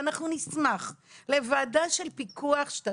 ואנחנו נשמח לוועדה של פיקוח שתעשה